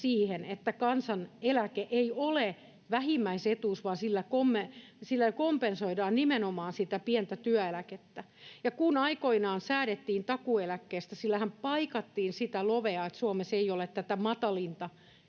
että kansaneläke ei ole vähimmäisetuus, vaan sillä kompensoidaan nimenomaan sitä pientä työeläkettä. Kun aikoinaan säädettiin takuueläkkeestä, sillähän paikattiin sitä lovea, että Suomessa ei ole tätä matalinta